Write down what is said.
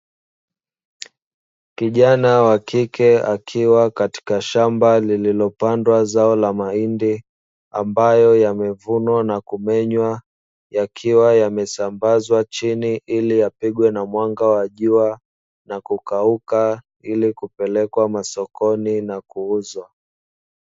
Kijana wa kike akiwa katika shamba lililopandwa zao la mahindi, ambayo yamevunwa na kumenywa, yakiwa yamesambazwa chini ili yapigwe na mwanga wa jua na kukauka ili kupelekwa sokoni na kuuzwa.